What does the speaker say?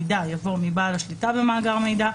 יש עמדה ממשלתית,